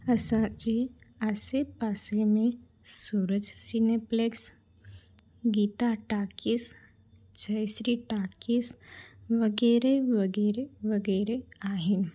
असांजे आसे पासे में Suraj cineplex Geeta talkies Jayshree talkies वग़ैरह वग़ैरह वग़ैरह आहिनि